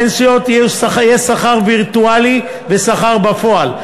יהיה שכר וירטואלי ושכר בפועל.